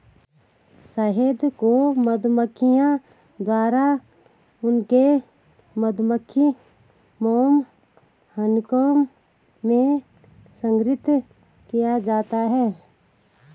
शहद को मधुमक्खियों द्वारा उनके मधुमक्खी मोम हनीकॉम्ब में संग्रहीत किया जाता है